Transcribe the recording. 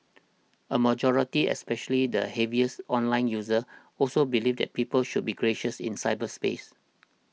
a majority especially the heaviest online users also believed that people should be gracious in cyberspace